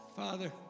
Father